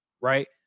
right